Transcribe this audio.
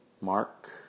Mark